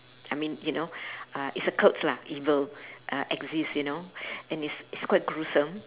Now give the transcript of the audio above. I mean you know uh it's a cult lah evil uh exist you know and it's it's quite gruesome